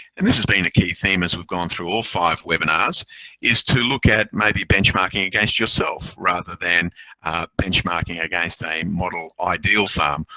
and this has been a key theme as we've gone through all five webinars is to look at maybe benchmarking against yourself rather than benchmarking against a model ideal farm,